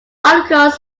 articles